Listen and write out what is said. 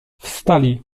wstali